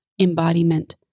embodiment